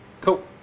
cool